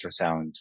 ultrasound